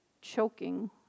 choking